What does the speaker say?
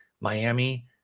Miami